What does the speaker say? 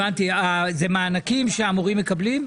הבנתי, זה מענקים שהמורים מקבלים?